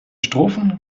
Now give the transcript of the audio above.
strophen